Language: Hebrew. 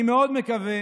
אני מאוד מקווה